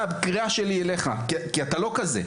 קריאה שלי אליך, כי אתה לא כזה.